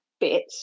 bit